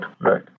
right